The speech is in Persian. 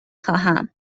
خواهم